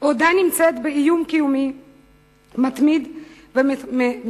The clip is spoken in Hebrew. עודה נמצאת באיום קיומי מתמיד ומתמשך,